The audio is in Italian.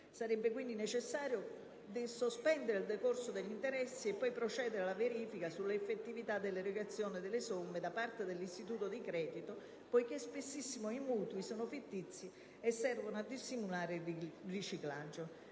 Sarebbe quindi necessario sospendere il decorso degli interessi e poi procedere alla verifica sull'effettività dell'erogazione delle somme da parte dell'istituto di credito, perché molto spesso i mutui sono fittizi e servono a dissimulare il riciclaggio.